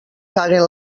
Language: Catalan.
caguen